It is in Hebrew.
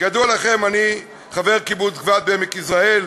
כידוע לכם, אני חבר קיבוץ גבת בעמק-יזרעאל.